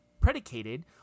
predicated